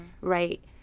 right